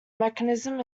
mechanism